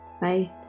Bye